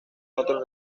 otro